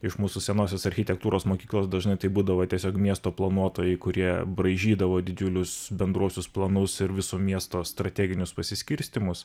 iš mūsų senosios architektūros mokyklos dažnai tai būdavo tiesiog miesto planuotojai kurie braižydavo didžiulius bendruosius planus ir viso miesto strateginius pasiskirstymus